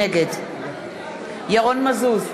נגד ירון מזוז,